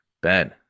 Ben